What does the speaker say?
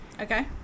Okay